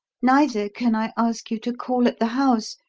neither can i ask you to call at the house,